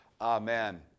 Amen